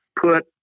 put